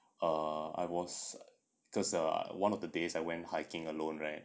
err I was because one of the days I went hiking alone right